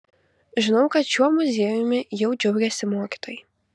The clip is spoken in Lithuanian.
žinau kad šiuo muziejumi jau džiaugiasi mokytojai